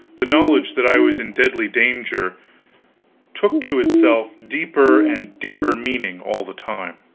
the knowledge that i was in deadly danger took to itself deeper and deeper meaning all the time